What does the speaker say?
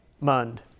Mund